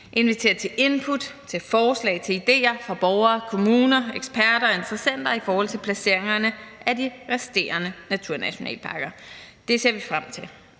inviterer til input, til forslag og til idéer fra borgere, kommuner, eksperter og interessenter i forhold til placeringerne af de resterende naturnationalparker. Det ser vi frem til,